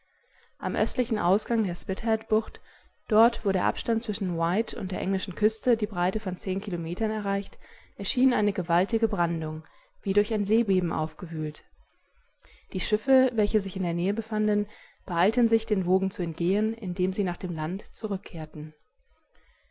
am östlichen ausgang der spithead bucht dort wo der abstand zwischen wight und der englischen küste die breite von zehn kilometern erreicht erschien eine gewaltige brandung wie durch ein seebeben aufgewühlt die schiffe welche sich in der nähe befanden beeilten sich den wogen zu entgehen indem sie nach dem land zurückkehrten